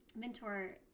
mentor